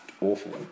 awful